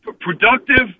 productive